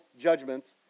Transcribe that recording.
judgments